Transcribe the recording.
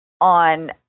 on